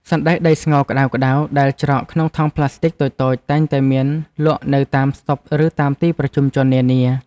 សណ្តែកដីស្ងោរក្តៅៗដែលច្រកក្នុងថង់ប្លាស្ទិកតូចៗតែងតែមានលក់នៅតាមស្តុបឬតាមទីប្រជុំជននានា។